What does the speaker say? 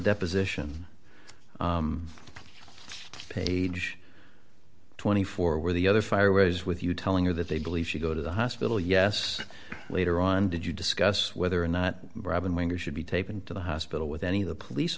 deposition page twenty four where the other fire was with you telling her that they believe she go to the hospital yes later on did you discuss whether or not robyn winger should be taken to the hospital with any of the police